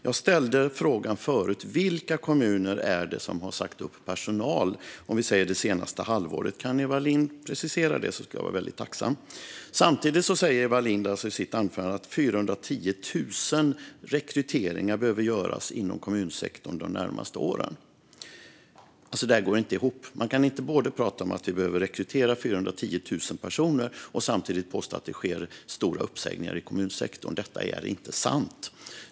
Jag ställde frågan förut vilka kommuner det är som har sagt upp personal det senaste halvåret. Om Eva Lindh kan precisera det skulle jag vara väldigt tacksam. Samtidigt sa Eva Lindh i sitt anförande att 410 000 rekryteringar behöver göras inom kommunsektorn de närmaste åren. Det går inte ihop. Man kan inte både prata om att vi behöver rekrytera 410 000 personer och samtidigt påstå att det sker stora uppsägningar i kommunsektorn. Detta är inte sant.